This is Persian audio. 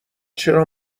چرا